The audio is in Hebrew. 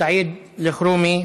סעיד אלחרומי,